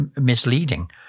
misleading